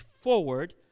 forward